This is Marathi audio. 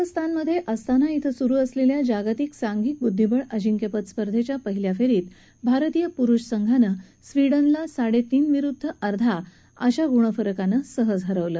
कझाकस्तान मध्ये अस्ताना इथं सुरू असलेल्या जागतिक सांघिक ब्दधिबळ अजिंक्यपद स्पर्धेच्या पहिल्या फेरीत भारतीय प्रुष संघानं स्वीडनला साडेतीन विरुद्ध अध्या गुणानं सहज हरवलं